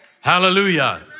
Hallelujah